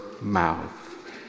mouth